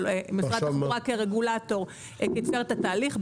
אבל משרד התחבורה כרגולטור קיצר את התהליך.